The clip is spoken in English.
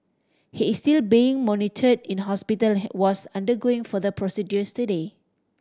he is still being monitored in hospital was undergoing further procedures today